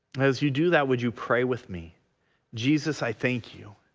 as you do that would you pray with me jesus i thank you